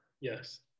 Yes